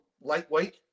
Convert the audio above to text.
lightweight